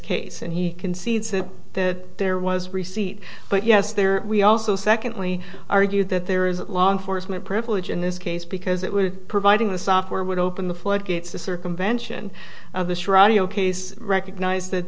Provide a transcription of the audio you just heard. case and he concedes that there was receipt but yes there we also secondly argued that there is a law enforcement privilege in this case because it was providing the software would open the floodgates to circumvention of this rodeo case recognize that